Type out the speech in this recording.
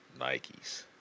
Nikes